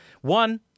one